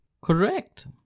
Correct